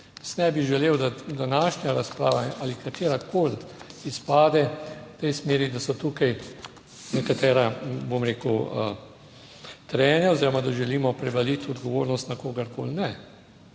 ne bi želel, da današnja razprava ali katerakoli izpade v tej smeri, da so tukaj nekatera, bom rekel, trenja oziroma da želimo prevaliti odgovornost na kogarkoli.